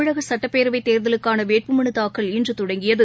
தமிழக சட்டப்பேரவைத்தேர்தலுக்கான வேட்புமனு தாக்கல் இன்று தொடங்கியது